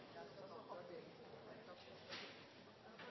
jeg skal